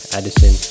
Addison